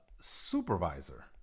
supervisor